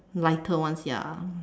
lighter ones ya